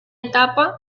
etapa